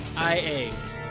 IA's